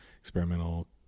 experimental